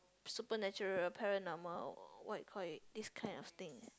supernatural paranormal what you call it these kind of thing